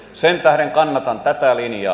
sen tähden kannatan tätä linjaa